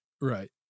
Right